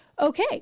okay